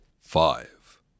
Five